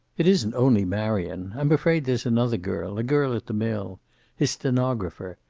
it isn't only marion. i'm afraid there's another girl, a girl at the mill his stenographer.